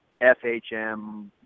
FHM